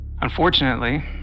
Unfortunately